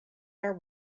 are